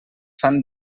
fan